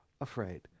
afraid